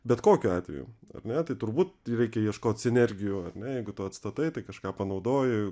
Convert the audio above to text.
bet kokiu atveju ar ne tai turbūt reikia ieškot sinergijų ar ne jeigu tu atstatai tai kažką panaudoji